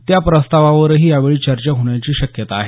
त्या प्रस्तावावरही यावेळी चर्चा होण्याची शक्यता शक्यता आहे